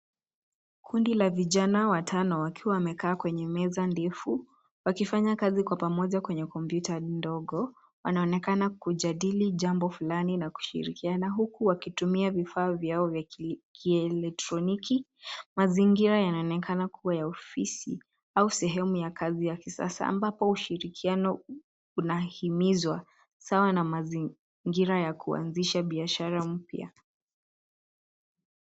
Kundi la vijana watano wakiwa wamekaa kwenye meza ndefu, wakifanya kazi kwa pamoja kwenye kompyuta ndogo. Wanaonekana kujadili jambo fulani na kushirikiana, huku wakitumia vifaa vyao vya kiele kielektroniki. Mazingira yanaonekana kuwa ya ofisi, au sehemu ya kazi ya kisasa ambapo ushirikiano unahimizwa, sawa na mazingira ya kuanzisha biashara mpya.